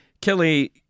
Kelly